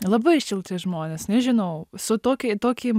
labai šilti žmonės nežinau su tokį tokį